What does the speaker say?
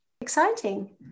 Exciting